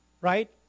right